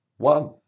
One